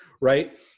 right